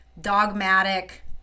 dogmatic